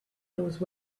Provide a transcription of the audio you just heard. those